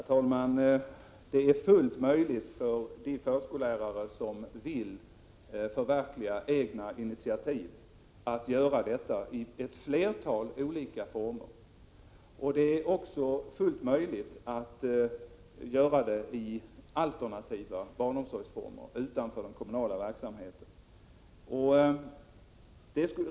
Herr talman! Det är fullt möjligt för de förskollärare som vill förverkliga egna initiativ att göra detta i flera olika former, och det är också helt möjligt att göra det i alternativa barnomsorgsformer utanför den kommunala verksamheten.